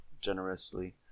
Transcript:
generously